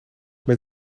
met